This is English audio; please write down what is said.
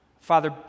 Father